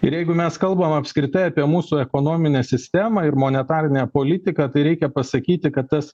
ir jeigu mes kalbam apskritai apie mūsų ekonominę sistemą ir monetarinę politiką tai reikia pasakyti kad tas